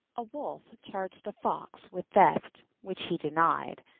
a wolf charged a fox with theft, which he denied,